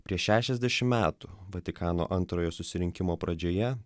prieš šešiasdešimt metų vatikano antrojo susirinkimo pradžioje